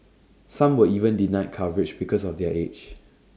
some were even denied coverage because of their age